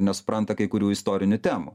nesupranta kai kurių istorinių temų